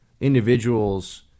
individuals